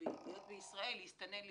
להסתנן לישראל.